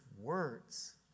words